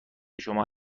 شما